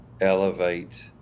elevate